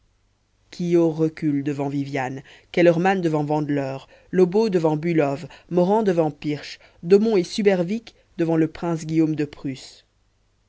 quiot recule devant vivian kellermann devant vandeleur lobau devant bülow morand devant pirch domon et subervic devant le prince guillaume de prusse